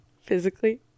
Physically